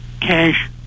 cash